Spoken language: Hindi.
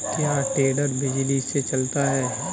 क्या टेडर बिजली से चलता है?